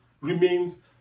remains